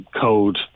code